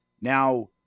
Now